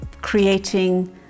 creating